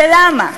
ולמה?